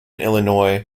illinois